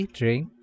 drink